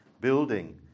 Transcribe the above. building